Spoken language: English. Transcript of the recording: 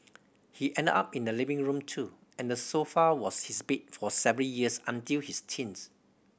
he ended up in the living room too and the sofa was his bed for several years until his teens